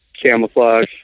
Camouflage